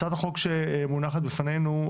הצעת החוק שמונחת בפנינו,